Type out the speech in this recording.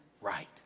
right